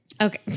Okay